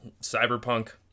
Cyberpunk